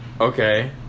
Okay